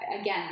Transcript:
again